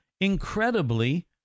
incredibly